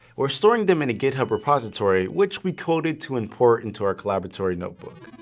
we're storing them in a github repository which we coded to import into our colaboratory notebook.